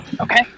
Okay